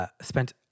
spent